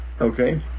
Okay